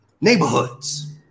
Neighborhoods